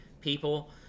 people